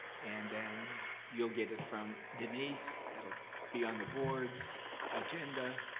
and then you'll get it from denise, it'll be on the board's agenda,